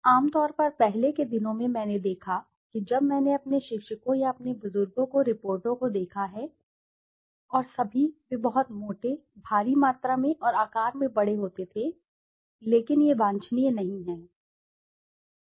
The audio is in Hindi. आम तौर पर पहले के दिनों में मैंने देखा था कि जब मैंने अपने शिक्षकों या अपने बुजुर्गों को रिपोर्टों को देखा है और सभी वे बहुत मोटे भारी मात्रा में और आकार में बड़े होते थे लेकिन यह वांछनीय नहीं है